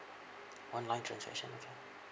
online transaction okay